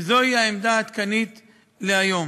וזוהי העמדה העדכנית להיום.